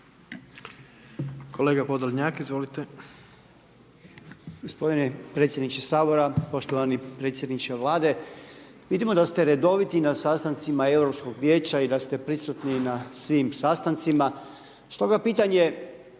Kolega Podlonjak, izvolite.